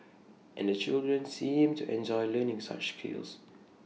and the children seemed to enjoy learning such skills